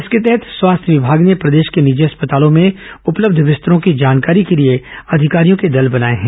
इसके तहत स्वास्थ्य विमाग ने प्रदेश के निजी अस्पतालों में उपलब्य बिस्तरों की जानकारी के लिए अधिकारियों के दल बनाए हैं